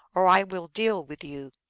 or i will deal with you.